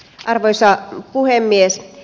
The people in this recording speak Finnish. arvoisa puhemies